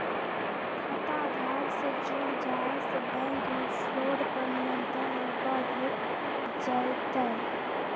खाता आधार से जुड़ जाये से बैंक मे फ्रॉड पर नियंत्रण और बढ़ जय तय